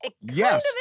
yes